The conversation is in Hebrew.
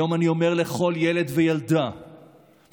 היום אני אומר לכל ילד וילדה ולכם,